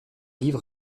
livre